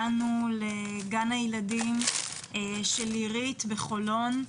הגענו לגן הילדים של עירית בחולון,